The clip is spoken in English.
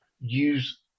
use